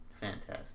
fantastic